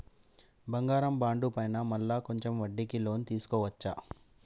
బంగారు బాండు పైన మళ్ళా కొంచెం వడ్డీకి లోన్ తీసుకోవచ్చా?